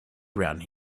around